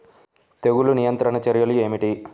తెగులు నియంత్రణ చర్యలు ఏమిటి?